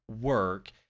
work